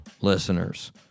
listeners